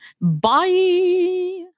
Bye